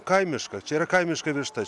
kaimiška čia yra kaimiška višta